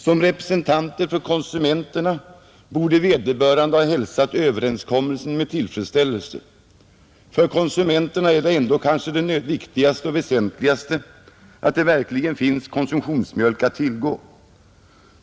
Som representanter för konsumenterna borde vederbörande ha hälsat överenskommelsen med tillfredsställelse. För konsumenterna är det kanske ändå mest väsentligt att det verkligen finns konsumtionsmjölk att tillgå.